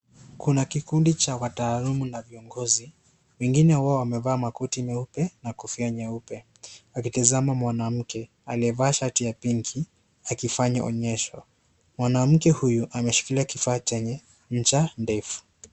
Kuna kikundi cha wataaluma la viongozi wengine wao wamevaa makoti meupe na kofia nyeupe wakitazama mwanamke aliyevaa shati ya pinki akifanya onyesho, mwanamke huyu ameshikilia kifaa chenye nja ndefu.